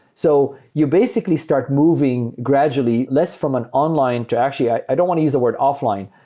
so you basically start moving gradually less from an online to actually i don't want to use the word offline,